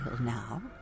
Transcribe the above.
now